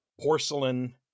porcelain